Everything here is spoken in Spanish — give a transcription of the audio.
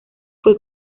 fue